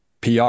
PR